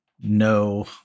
no